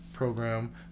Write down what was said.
program